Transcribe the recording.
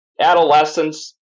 adolescence